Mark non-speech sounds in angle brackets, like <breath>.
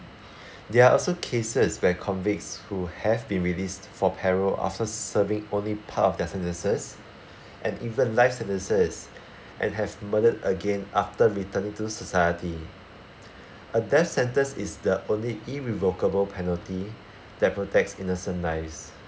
<breath> there are also cases where convicts who have been released for parole after serving only part of their sentences and even life sentences and have murdered again after returning to society <breath> a death sentence is the only irrevocable penalty that protects innocent lives